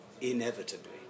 inevitably